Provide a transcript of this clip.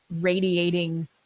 radiating